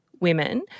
women